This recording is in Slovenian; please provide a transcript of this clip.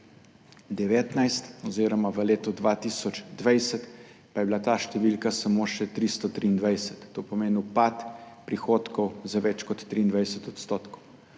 2019 oziroma v letu 2020 pa je bila ta številka samo še 323, to pomeni upad prihodkov za več kot 23 %.